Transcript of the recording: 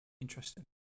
Interesting